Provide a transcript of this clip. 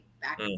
back